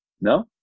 No